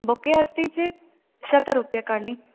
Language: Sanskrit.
बोके अस्ति चेत् शतं रूप्यकाणि